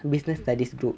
business studies group